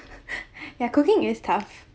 ya cooking is tough